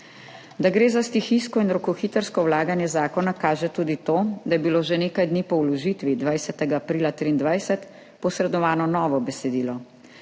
Da gre za stihijsko in rokohitrsko vlaganje zakona, kaže tudi to, da je bilo že nekaj dni po vložitvi, 20. aprila 2023, posredovano novo besedilo,